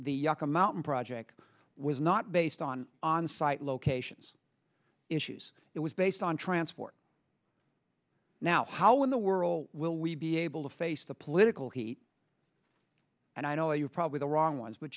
yucca mountain jack was not based on on site locations issues it was based on transport now how in the world will we be able to face the political heat and i know you're probably the wrong ones but